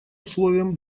условием